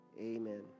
amen